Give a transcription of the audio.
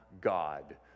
God